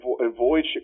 avoid